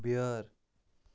بیٛٲر